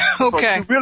Okay